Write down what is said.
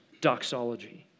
doxology